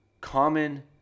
common